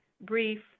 brief